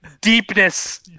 deepness